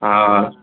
हा हा